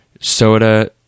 soda